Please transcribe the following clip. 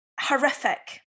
Horrific